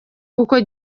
kuko